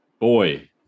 boy